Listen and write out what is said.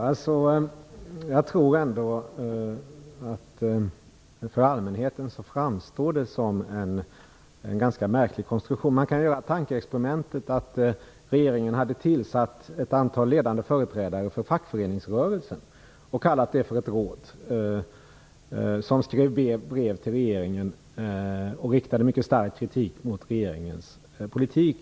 Fru talman! Jag tror ändå att detta för allmänheten framstår som en ganska märklig konstruktion. Man kan göra tankeexperimentet att regeringen hade tillsatt ett antal ledande företrädare för fackföreningsrörelsen och kallat det för ett råd, som skrev brev till regeringen och riktade mycket stark kritik mot regeringens politik.